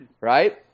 right